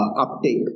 uptake